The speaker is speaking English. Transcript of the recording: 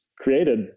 created